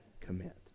commit